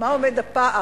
על מה עומד הפער